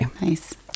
Nice